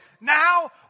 Now